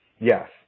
Yes